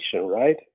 right